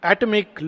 Atomic